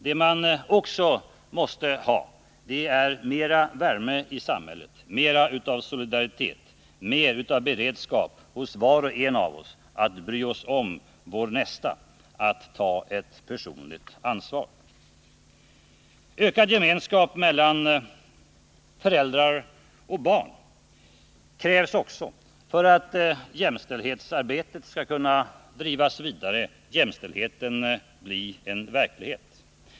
Vad man emellertid också måste ha är mera värme i samhället, mer av solidaritet, mer av beredskap hos var och en av oss att bry sig om sin nästa, att ta ett personligt ansvar. Ökad gemenskap mellan föräldrar och barn krävs också för att jämställdhetsarbetet skall kunna drivas vidare och jämställdheten bli en verklighet.